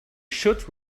should